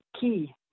key